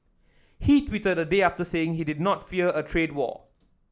he tweeted a day after saying he did not fear a trade war